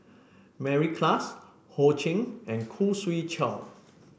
Mary Klass Ho Ching and Khoo Swee Chiow